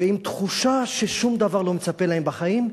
ועם תחושה ששום דבר לא מצפה להם בחיים.